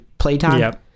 Playtime